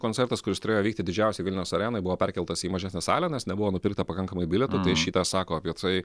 koncertas kuris turėjo vykti didžiausioj vilniaus arenoj buvo perkeltas į mažesnę salę nes nebuvo nupirkta pakankamai bilietų tai šį tą sako apie tai